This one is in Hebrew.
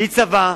בלי צבא,